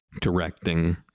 directing